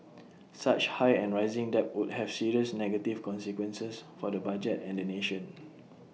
such high and rising debt would have serious negative consequences for the budget and the nation